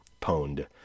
pwned